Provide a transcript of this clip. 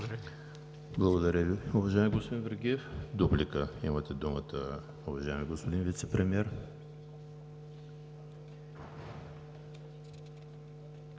Благодаря Ви, уважаеми господин Вергиев. Дуплика – имате думата, уважаеми господин Вицепремиер.